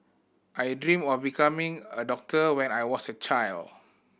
I dreamt of becoming a doctor when I was a child